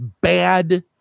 bad